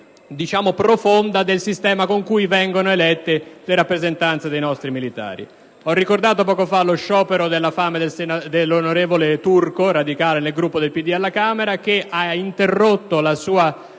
revisione profonda del sistema con cui vengono elette le rappresentanze dei nostri militari. Ho ricordato poco fa lo sciopero della fame dell'onorevole Turco, radicale nel Gruppo del PD alla Camera, che ha interrotto la sua